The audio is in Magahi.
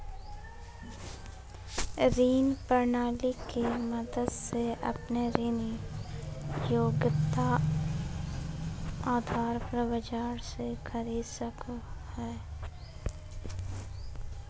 वित्त प्रणाली के मदद से अपने ऋण योग्यता आधार पर बाजार से खरीद सको हइ